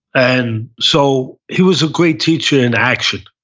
and so he was a great teacher in action.